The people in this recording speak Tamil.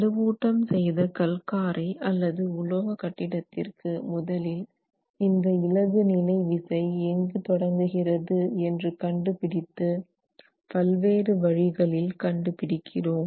வலுவூட்டும் செய்த கல் காரை அல்லது உலோக கட்டிடத்திற்கு முதலில் இந்த இளகு நிலை விசை எங்கு தொடங்குகிறது என்று கண்டுபிடித்து பல்வேறு வழிகளில் கண்டுபிடிக்கிறோம்